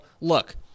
look